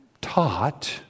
taught